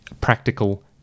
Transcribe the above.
practical